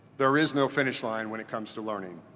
there is no finish line when it comes to learning.